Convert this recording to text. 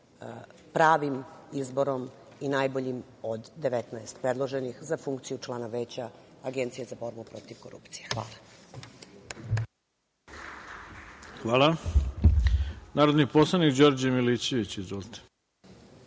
pravim izborom i najboljim od 19 predloženih za funkciju člana Veća Agencije za borbu protiv korupcije. Hvala. **Ivica Dačić** Hvala. Reč ima narodni poslanik Đorđe Milićević. Izvolite.